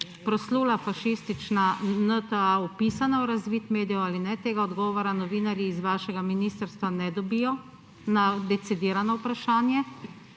ali je fašistična NTA vpisana v razvid medijev ali ne. Tega odgovora novinarji iz vašega ministrstva ne dobijo na decidirano vprašanje.